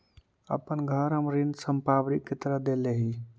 अपन घर हम ऋण संपार्श्विक के तरह देले ही